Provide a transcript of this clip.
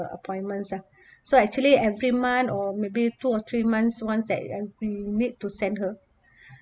uh appointments ah so actually every month or maybe two or three months once that we need to send her